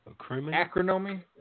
acronomy